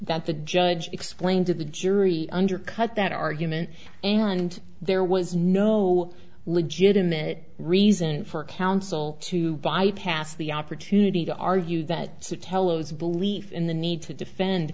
that the judge explained to the jury undercut that argument and there was no legitimate reason for counsel to bypass the opportunity to argue that to tell its belief in the need to defend